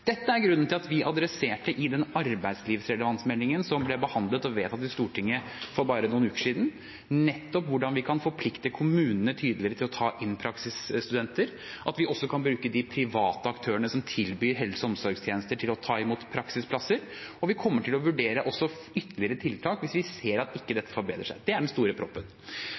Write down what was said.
Dette er grunnen til at vi i arbeidslivsrelevansmeldingen som ble behandlet og vedtatt i Stortinget for bare noen uker siden, adresserte nettopp hvordan vi kan forplikte kommunene tydeligere til å ta inn praksisstudenter, at vi også kan bruke de private aktørene som tilbyr helse- og omsorgstjenester, til å ta imot praksisplasser. Vi kommer til å vurdere også ytterligere tiltak hvis vi ser at dette ikke forbedrer seg. Det er den store proppen.